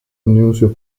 anuncios